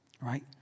Right